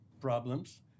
problems